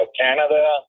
Canada